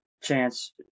chance